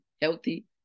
healthy